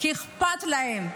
כי אכפת להם.